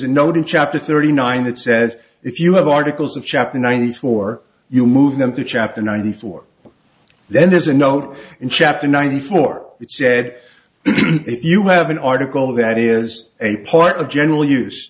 a note in chapter thirty nine that says if you have articles of chapter ninety four you move them to chapter ninety four then there's a note in chapter ninety four that said if you have an article that is a part of general use